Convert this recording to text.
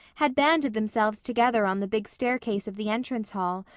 had banded themselves together on the big staircase of the entrance hall,